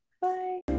Bye